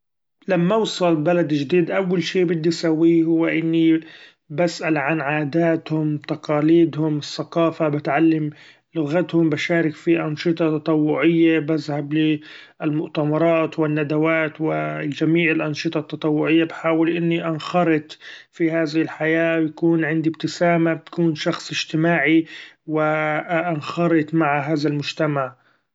لما أوصل بلد چديد أول شي بدي سويه ، إني بسأل عن عاداتهم تقاليدهم الثقافة ، بتعلم لغتهم بشارك في أنشطة تطوعية ، بذهب ل المؤتمرات والندوات وچميع الإنشطة التطوعية ، بحأول إني إنخرط في هذي الحياة بكون عندي ابتسامة بكون شخص اچتماعي وإنخرط مع هذا المچتمع.